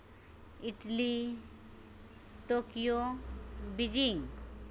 Italy Tokyo Beijing